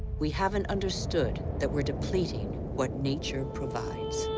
we haven't understood that we're depleting what nature provides.